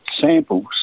samples